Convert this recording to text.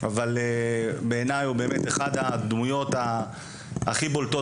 אבל בעיניי באמת הוא אחד הדמויות הכי בולטות